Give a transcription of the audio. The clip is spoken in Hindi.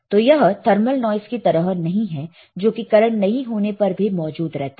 तो यह थर्मल नॉइस की तरह नहीं है जो कि करंट नहीं होने पर भी मौजूद रहता है